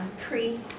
pre